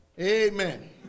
Amen